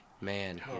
Man